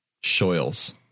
shoals